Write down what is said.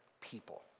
people